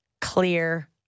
Clear